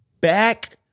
Back